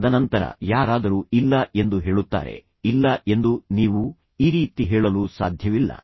ತದನಂತರ ಯಾರಾದರೂ ಇಲ್ಲ ಎಂದು ಹೇಳುತ್ತಾರೆ ಇಲ್ಲ ಎಂದು ನೀವು ಈ ರೀತಿ ಹೇಳಲು ಸಾಧ್ಯವಿಲ್ಲ